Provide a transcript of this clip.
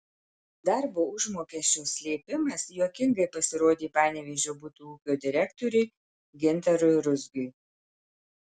darbo užmokesčio slėpimas juokingai pasirodė panevėžio butų ūkio direktoriui gintarui ruzgiui